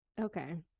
okay